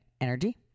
Energy